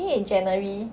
think in january